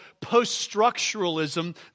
post-structuralism